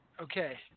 Okay